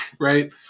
Right